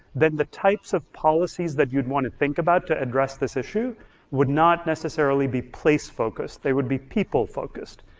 then the types of policies that you'd wanna think about to address this issue would not necessarily be place-focused, they would be people-focused.